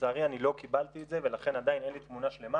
לצערי אני לא קיבלתי את זה ולכן עדיין אין לי תמונה שלמה.